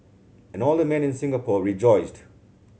and all the men in Singapore rejoiced